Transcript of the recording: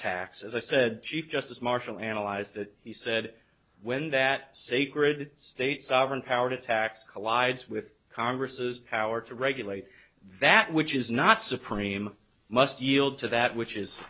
as i said chief justice marshall analyze that he said when that sacred state sovereign power to tax collides with congress power to regulate that which is not supreme must yield to that which is